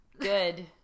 good